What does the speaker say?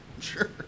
Sure